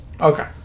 Okay